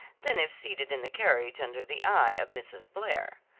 than if seated in the carriage under the eye of mrs. blair.